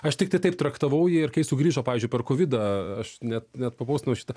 aš tik taip traktavau jį ir kai sugrįžo pavyzdžiui per kovidą aš net net papaustinau šitą